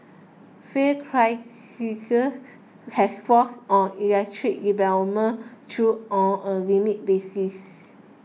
Fiat has forced on electric through on a limited basis